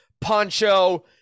poncho